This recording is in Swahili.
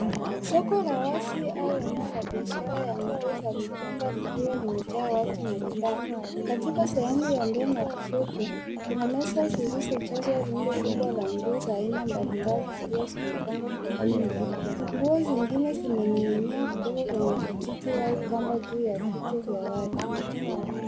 Soko la wazi au eneo la biashara ya nguo za mitumba likiwa limejaa watu na bidhaa. Katika sehemu ya mbele na kushoto, kuna meza zilizojazwa rundo kubwa la nguo za mbalimbali zikiwa zimepangwa kwa wingi. Nguo zingine zimening'inia kutoka kwenye vijiti au kamba juu ya vichwa vya watu.